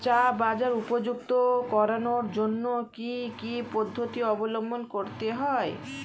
চা বাজার উপযুক্ত করানোর জন্য কি কি পদ্ধতি অবলম্বন করতে হয়?